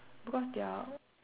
because their